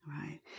Right